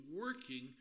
working